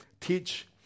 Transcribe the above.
teach